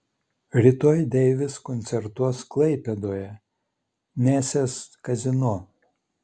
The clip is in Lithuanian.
rytoj deivis koncertuos klaipėdoje nesės kazino